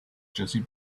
jessie